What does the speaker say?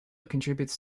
contributes